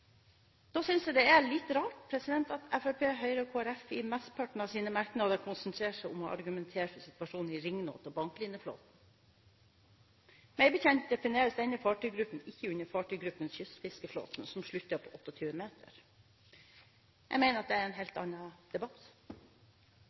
Da synes jeg det er litt rart at Fremskrittspartiet, Høyre og Kristelig Folkeparti i mesteparten av sin merknad konsentrerer seg om å argumentere for situasjonen i ringnot- og banklineflåten. Meg bekjent defineres ikke denne fartøygruppen under fartøygruppen kystfiskeflåte, som slutter på 28 meter. Jeg mener at det er en